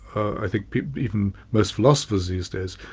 i think even most philosophers these days,